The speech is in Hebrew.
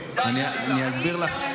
אבי המשפט "הבריונים המלוכלכים"